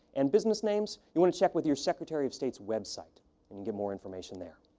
and business names, you want to check with your secretary of state's website and get more information there.